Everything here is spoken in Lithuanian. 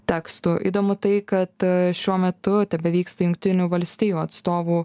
tekstų įdomu tai kad šiuo metu tebevyksta jungtinių valstijų atstovų